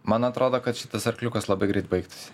man atrodo kad šitas arkliukas labai greit baigtųsi